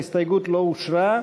ההסתייגות לא אושרה.